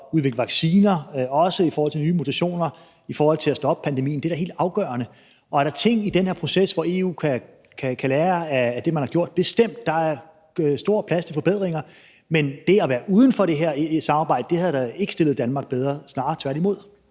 udvikle vacciner, men også i forhold til nye mutationer og i forhold til at stoppe pandemien, da helt afgørende. Og er der ting i den her proces, hvor EU kan lære af det, man har gjort? Det er der bestemt – der er stor plads til forbedringer – men at være uden for det her samarbejde havde da ikke stillet Danmark bedre, snarere tværtimod.